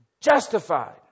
justified